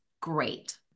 great